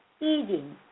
eating